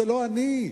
לא אני.